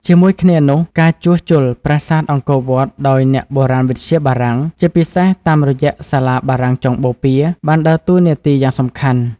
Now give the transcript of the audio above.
ជាមួយគ្នានោះ ការជួសជុលប្រាសាទអង្គរវត្តដោយអ្នកបុរាណវិទ្យាបារាំង ជាពិសេសតាមរយៈសាលាបារាំងចុងបូព៌ា បានដើរតួនាទីយ៉ាងសំខាន់។